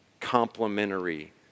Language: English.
complementary